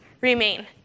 remain